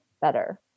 better